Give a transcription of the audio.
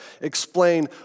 explain